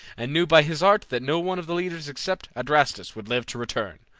and knew by his art that no one of the leaders except adrastus would live to return.